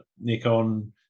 Nikon